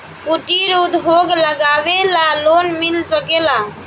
कुटिर उद्योग लगवेला लोन मिल सकेला?